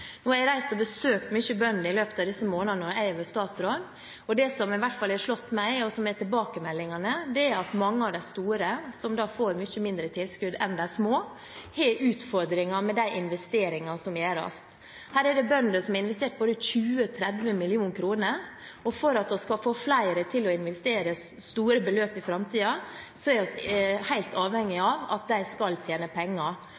Nå har jeg reist og besøkt mange bønder i løpet av de månedene jeg har vært statsråd, og det som i hvert fall har slått meg, og som er tilbakemeldingene, er at mange av de store, som får mye mindre tilskudd enn de små, har utfordringer med de investeringene som gjøres. Her er det bønder som har investert både 20 og 30 mill. kr. For at vi skal få flere til å investere store beløp i framtiden, er vi helt avhengig av at de kan tjene penger.